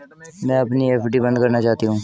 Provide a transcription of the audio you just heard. मैं अपनी एफ.डी बंद करना चाहती हूँ